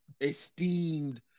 esteemed